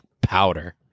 powder